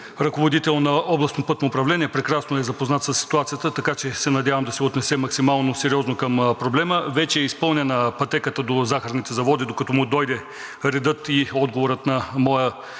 „ръководител на Областно пътно управление“, прекрасно е запознат със ситуацията, така че се надявам да се отнесе максимално сериозно към проблема. Вече е изпълнена пътеката до Захарните заводи, докато му дойде редът и отговорът на моя